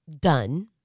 done